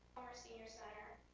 our senior centre